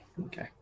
Okay